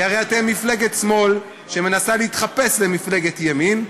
כי הרי אתם מפלגת שמאל שמנסה להתחפש למפלגת ימין,